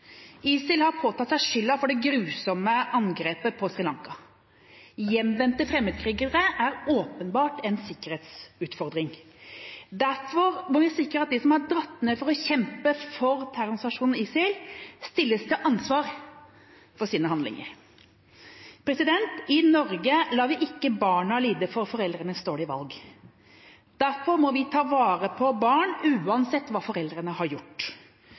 ISIL har påtatt seg skylda for det grusomme angrepet på Sri Lanka. Hjemvendte fremmedkrigere er åpenbart en sikkerhetsutfordring. Derfor må vi sikre at de som har dratt ned for å kjempe for terrororganisasjonen ISIL, stilles til ansvar for sine handlinger. I Norge lar vi ikke barna lide for foreldrenes dårlige valg. Derfor må vi ta vare på barn uansett hva foreldrene har gjort.